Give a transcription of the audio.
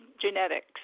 genetics